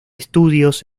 estudios